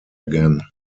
again